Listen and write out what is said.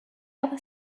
other